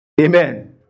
Amen